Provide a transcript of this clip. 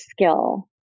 skill